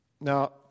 Now